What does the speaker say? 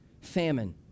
Famine